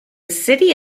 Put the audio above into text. city